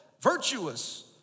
virtuous